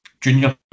junior